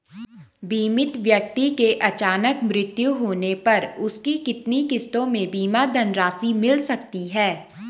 बीमित व्यक्ति के अचानक मृत्यु होने पर उसकी कितनी किश्तों में बीमा धनराशि मिल सकती है?